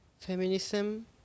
feminism